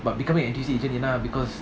but becoming N_T_U_C எனா:yena because